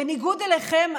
בניגוד אליכם,